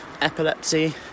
epilepsy